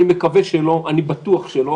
אני מקווה ובטוח שלא,